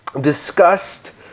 discussed